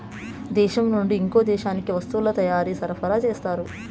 దేశం నుండి ఇంకో దేశానికి వస్తువుల తయారీ సరఫరా చేస్తారు